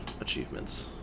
achievements